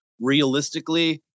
realistically